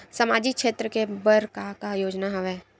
सामाजिक क्षेत्र के बर का का योजना हवय?